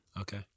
Okay